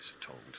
told